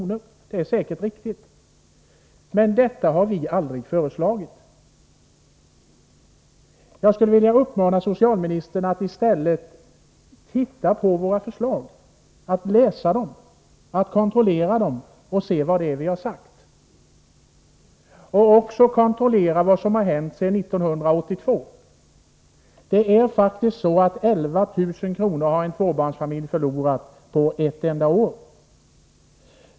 Det är säkert riktigt. Men något sådant har vi aldrig föreslagit. Jag skulle vilja uppmana socialministern att studera våra förslag och kontrollera dem för att se vad vi har sagt och även kontrollera vad som hänt sedan 1982. Det är faktiskt så, att 11 000 kr. har en tvåbarnsfamilj förlorat på ett enda år.